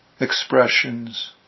expressions